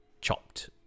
chopped